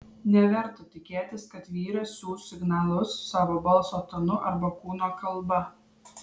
neverta tikėtis kad vyras siųs signalus savo balso tonu arba kūno kalba